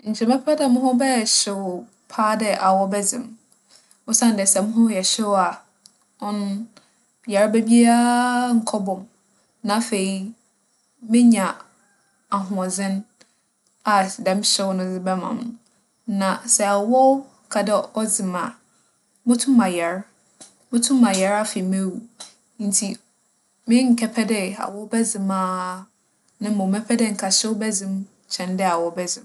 Nkyɛ mebɛpɛ dɛ moho bɛyɛ hyew paa dɛ awͻw bɛdze me. Osiandɛ sɛ moho yɛ hyew a, ͻno, yarba biara nnkͻbͻ me. Na afei, menya ahoͻdzen a dɛm hyew no dze bɛma me. Na sɛ awͻw ka dɛ ͻdze me a, motum mayar, motum mayar afa mu ewu. Ntsi mennkɛpɛ dɛ awͻw bɛdze me ara, na mbom, mɛpɛ dɛ nka hyew bɛdze me kyɛn dɛ awͻw bɛdze me.